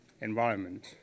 environment